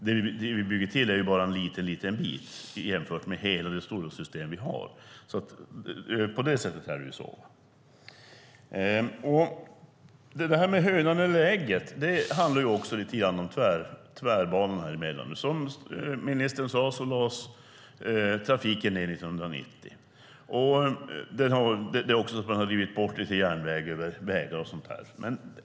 Det vi bygger till är ju bara en liten bit jämfört med hela det stora system vi har. På det sättet är det så. Det här med hönan eller ägget handlar också lite grann om tvärbanorna. Som ministern sade lades trafiken ned 1990. Man har också rivit bort lite järnväg över vägar och sådant.